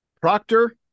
Proctor